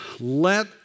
Let